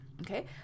Okay